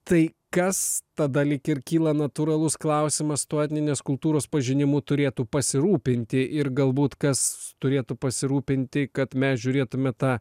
tai kas tada lyg ir kyla natūralus klausimas tuo etninės kultūros pažinimu turėtų pasirūpinti ir galbūt kas turėtų pasirūpinti kad mes žiūrėtume tą